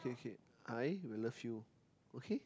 okay okay I will love you okay